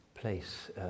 place